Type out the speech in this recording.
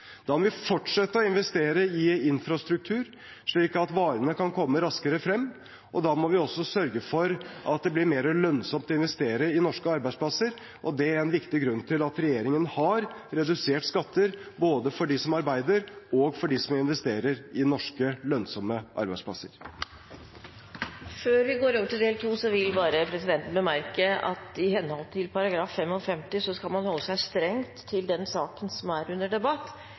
Da må vi fortsette å investere i infrastruktur, slik at varene kan komme raskere frem, og da må vi også sørge for at det blir mer lønnsomt å investere i norske arbeidsplasser. Det er en viktig grunn til at regjeringen har redusert skatter både for dem som arbeider, og for dem som investerer i norske, lønnsomme arbeidsplasser. Før vi går over til del 2, vil presidenten bemerke at i henhold til forretningsordenen § 55 skal man holde seg strengt til den saken som er under debatt.